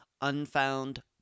unfound